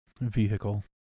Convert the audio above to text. vehicle